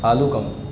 आलुकं